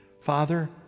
Father